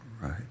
Right